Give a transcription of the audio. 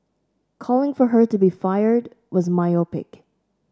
calling for her to be fired was myopic